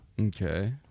Okay